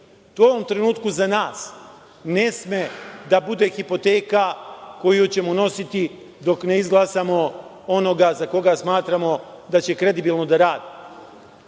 To u ovom trenutku za nas ne sme da bude hipoteka koju ćemo unositi dok ne izglasamo onoga za koga smatramo da će kredibilno da radi.